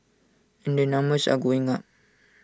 and the numbers are going up